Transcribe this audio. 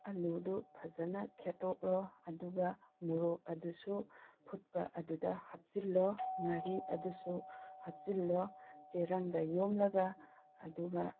ꯑꯥꯜꯂꯨꯗꯨ ꯐꯖꯅ ꯈꯦꯠꯇꯣꯛꯂꯣ ꯑꯗꯨꯒ ꯃꯣꯔꯣꯛ ꯑꯗꯨꯁꯨ ꯐꯨꯠꯄ ꯑꯗꯨꯗ ꯍꯥꯞꯆꯤꯜꯂꯣ ꯉꯥꯔꯤ ꯑꯗꯨꯁꯨ ꯍꯥꯞꯆꯤꯜꯂꯣ ꯆꯦꯔꯪꯗ ꯌꯣꯝꯂꯒ ꯑꯗꯨꯒ